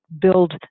build